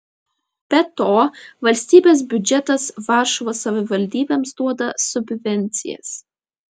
be to valstybės biudžetas varšuvos savivaldybėms duoda subvencijas